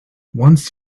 once